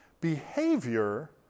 behavior